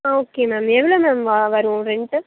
ஆ okay ma'am எவ்வளோ ma'am வா வரும் ரெண்ட்டு